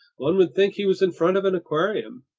one would think he was in front of an aquarium!